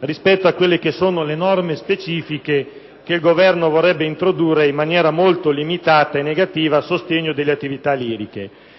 in esame e le norme specifiche che il Governo vorrebbe introdurre in maniera molto limitata e negativa a sostegno delle attività liriche,